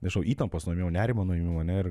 nežinau įtampos nuėmimo nerimo nuėmimo ne ir